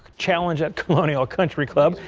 challenge at colonial country club,